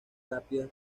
rápidas